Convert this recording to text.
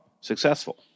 successful